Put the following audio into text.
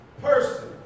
person